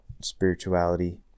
spirituality